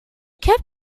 kept